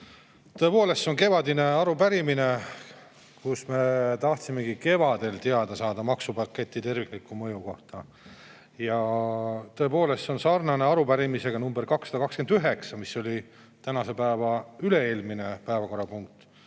Tõepoolest, see on kevadine arupärimine, me tahtsime kevadel teada saada maksupaketi terviklike mõjude kohta. Ja tõepoolest, see on sarnane arupärimisega nr 229, mis oli tänase päeva üle-eelmine päevakorrapunkt.